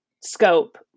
scope